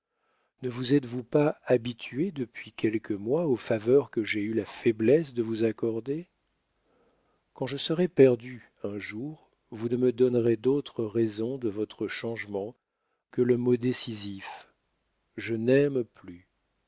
ne vous êtes-vous pas habitué depuis quelques mois aux faveurs que j'ai eu la faiblesse de vous accorder quand je serai perdue un jour vous ne me donnerez d'autre raison de votre changement que le mot décisif je n'aime plus